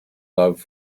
love